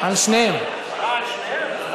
על שניהם.